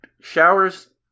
showers